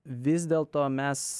vis dėlto mes